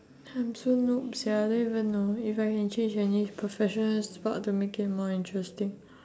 I'm so noob sia I don't even know if I can change any professional sport to make it more interesting